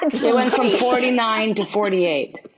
and so and from forty nine to forty eight,